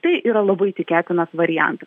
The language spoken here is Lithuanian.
tai yra labai tikėtinas variantas